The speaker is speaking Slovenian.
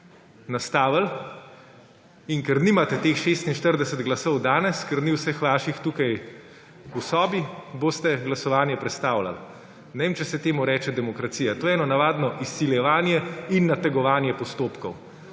nastavili. In ker nimate teh 46 glasov danes, ker ni vseh vaših tukaj v sobi, boste glasovanje prestavljali. Ne vem, če se temu reče demokracija. To je eno navadno izsiljevanje in nategovanje postopkov.